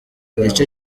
igice